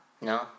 No